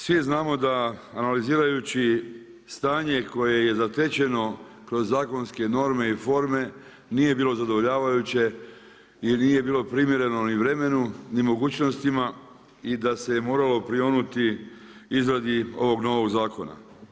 Svi znamo da analizirajući stanje koje je zatečeno kroz zakonske norme i forme nije bilo zadovoljavajuće jer nije bilo primjereno ni vremenu ni mogućnostima i da se je moralo prionuti izradi ovog novog zakona.